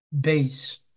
base